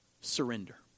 surrender